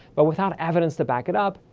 but without evidence to back it up,